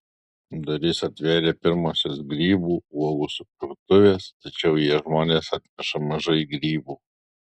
duris atvėrė pirmosios grybų uogų supirktuvės tačiau į jas žmonės atneša mažai grybų